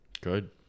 Good